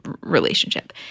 relationship